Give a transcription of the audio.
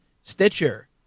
Stitcher